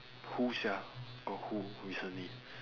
who sia got who recently